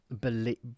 believe